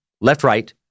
left-right